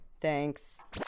Thanks